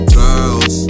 girls